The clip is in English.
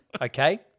Okay